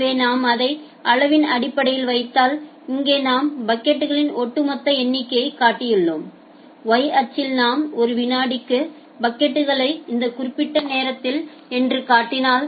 எனவே நாம் அதை அளவின் அடிப்படையில் வைத்தால் இங்கே நாம் பாக்கெட்களின் ஒட்டுமொத்த எண்ணிக்கையைக் காட்டியுள்ளோம் y அச்சில் நாம் ஒரு வினாடிக்கு பாக்கெட்களைக் இந்த குறிப்பிட்ட நேரத்தில் என்று காட்டினால்